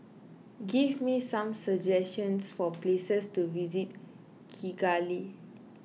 give me some suggestions for places to visit Kigali